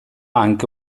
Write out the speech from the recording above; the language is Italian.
anche